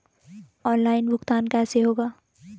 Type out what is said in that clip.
Online भुगतान कैसे होगा?